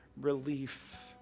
relief